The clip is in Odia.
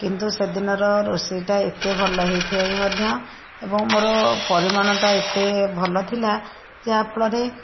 କିନ୍ତୁ ସେଦିନର ରୋଷେଇଟା ଏତେ ଭଲ ହୋଇଥାଇ ମଧ୍ୟ ଏବଂ ମୋର ପରିମାଣଟା ଏତେ ଭଲ ଥିଲା ଯାହାଫଳରେ